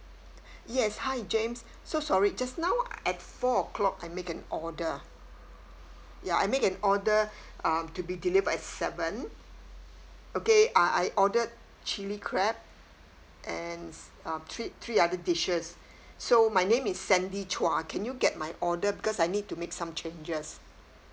yes hi james so sorry just now at four o'clock I make an order ya I make an order um to be delivered at seven okay uh I ordered chilli crab and uh three three other dishes so my name is sandy chua can you get my order because I need to make some changes